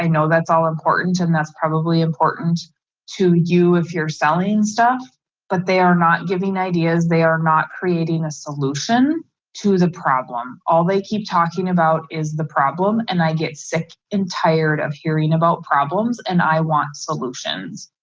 know that's all important and that's probably important to you if you're selling stuff but there are not giving ideas, they are not creating a solution to the problem. all they keep talking about is the problem and i get sick and tired of hearing about problems and i want solutions.